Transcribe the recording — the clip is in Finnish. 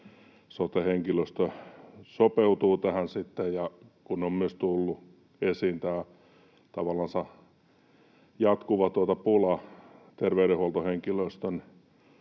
sote-henkilöstö sopeutuu tähän, kun on myös tullut esiin tämä tavallansa jatkuva pula terveydenhuoltohenkilöstön